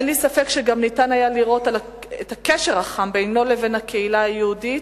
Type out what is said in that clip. אין לי ספק שגם ניתן לראות את הקשר החם בינו לבין הקהילה היהודית,